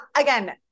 Again